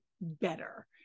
better